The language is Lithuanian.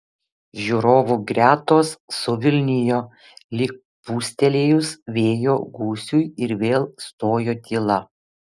žiūrovų gretos suvilnijo lyg pūstelėjus vėjo gūsiui ir vėl stojo tyla